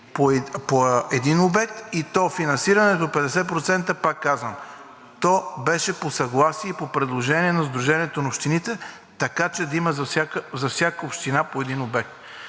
по един обект, и то финансиране до 50%, пак казвам, то беше по съгласие и по предложение на Сдружението на общините, така че да има за всяка община по един обект.